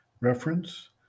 Reference